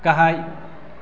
गाहाय